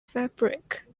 fabric